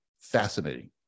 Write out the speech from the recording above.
fascinating